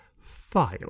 File